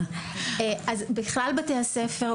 אז בכלל בתי הספר,